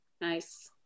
Nice